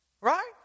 Right